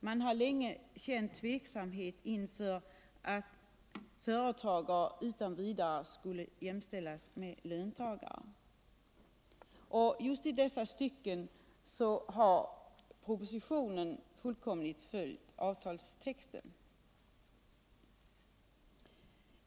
Man har länge känt tveksamhet inför att företagare utan vidare skulle Jämställas med löntagare. I dessa stycken har propositionen fullkomligt följt avtalstexten.